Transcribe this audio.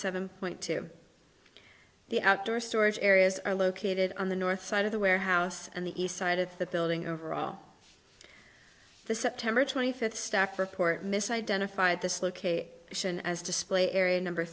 seven point two the outdoor storage areas are located on the north side of the warehouse and the east side of the building over all the september twenty fifth staff report miss identified this located sion as display area number